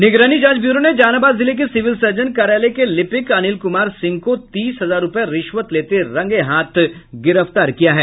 निगरानी जांच ब्यूरो ने जहानाबाद जिले के सिविल सर्जन कार्यालय के लिपिक अनिल कुमार सिंह को तीस हजार रुपये रिश्वत लेते रंगेहाथ गिरफ्तार किया है